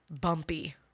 bumpy